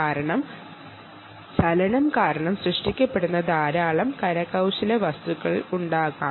കാരണം ചലനം സൃഷ്ടിക്കുന്ന ധാരാളം വസ്തുക്കൾ ഇവിടെ ഉണ്ടാകാം